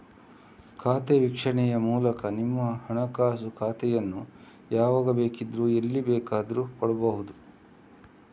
ಖಾತೆ ವೀಕ್ಷಣೆಯ ಮೂಲಕ ನಿಮ್ಮ ಹಣಕಾಸು ಖಾತೆಯನ್ನ ಯಾವಾಗ ಬೇಕಿದ್ರೂ ಎಲ್ಲಿ ಬೇಕಾದ್ರೂ ನೋಡ್ಬಹುದು